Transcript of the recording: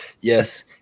Yes